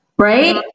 right